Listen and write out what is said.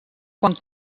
quan